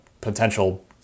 potential